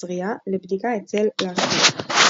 נוצריה לבדיקה אצל לאסלו.